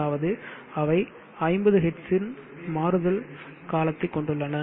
அதாவது அவை 50 ஹெர்ட்ஸின் மாறுதல் காலத்தைக் கொண்டுள்ளன